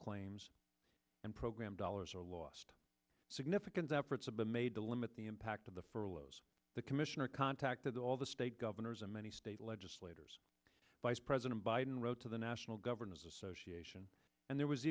claims and program dollars are lost significant efforts have been made to limit the impact of the furloughs the commissioner contacted all the state governors and many state legislators vice president biden wrote to the national governors association and there was